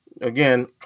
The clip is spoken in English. again